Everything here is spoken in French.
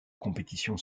compétition